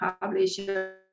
publisher